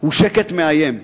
הוא שקט מאיים.